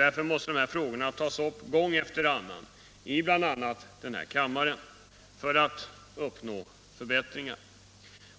Därför måste dessa frågor tas upp gång efter annan bl.a. i denna kammare för att man skall uppnå förbättringar.